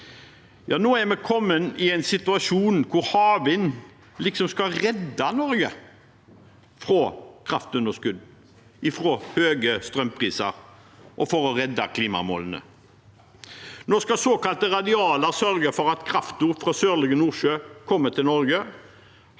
Nå er vi kommet i en situasjon hvor havvind liksom skal redde Norge fra kraftunderskudd og høye strømpriser, og redde klimamålene. Nå skal såkalte radialer sørge for at kraften fra Sørlige Nordsjø kommer til Norge,